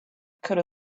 could